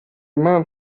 man